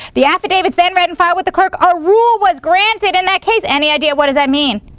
the affidavit's then read and filed with the clerk. a rule was granted in that case. any idea what does that mean?